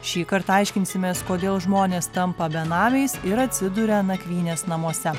šįkart aiškinsimės kodėl žmonės tampa benamiais ir atsiduria nakvynės namuose